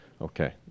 Okay